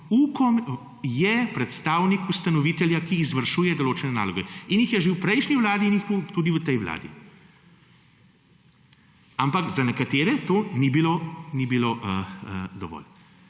Ukom je predstavnik ustanovitelja, ki izvršuje določene naloge in jih je že v prejšnji vladi in jih bo tudi v tej vladi. Ampak za nekatere to ni bilo dovolj.